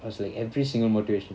I was like every single motivation